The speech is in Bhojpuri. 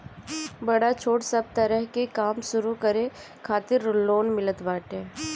बड़ छोट सब तरह के काम शुरू करे खातिर लोन मिलत बाटे